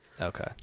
Okay